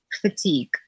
fatigue